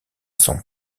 son